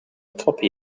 copy